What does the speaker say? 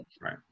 Right